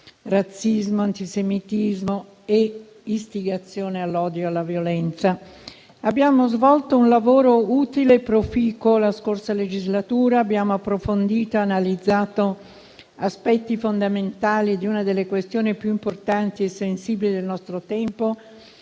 razzismo, antisemitismo e istigazione all'odio e alla violenza. Abbiamo svolto un lavoro utile e proficuo durante la scorsa legislatura, abbiamo approfondito e analizzato aspetti fondamentali di una delle questioni più importanti e sensibili del nostro tempo: